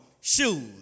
shoes